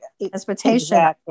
Transportation